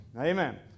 Amen